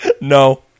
No